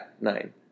nine